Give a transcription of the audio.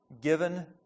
given